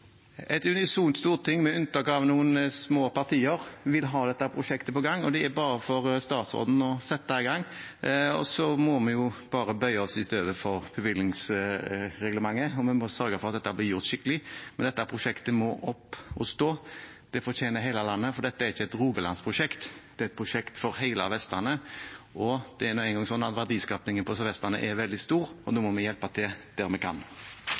et unisont storting, med unntak av noen små partier, vil ha dette prosjektet i gang, og det er bare for statsråden å sette i gang. Så må vi jo bare bøye oss i støvet for bevilgningsreglementet, og vi må sørge for at dette blir gjort skikkelig. Men dette prosjektet må opp å stå, det fortjener hele landet, for dette er ikke et Rogalandsprosjekt, det er et prosjekt for hele Vestlandet. Og det er nå engang slik at verdiskapingen på Sør-Vestlandet er veldig stor, og da må vi hjelpe til der vi kan.